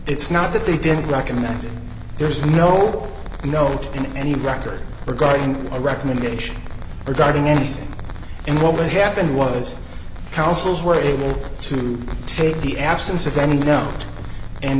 t's not that they didn't recognize there's no no in any record regarding a recommendation regarding anything and what would happen was councils were able to take the absence of any noun and